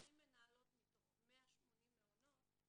ו-20 מנהלות מתוך 180 מעונות,